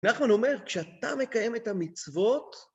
רבי נחמן אומר, כשאתה מקיים את המצוות...